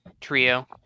trio